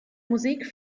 musik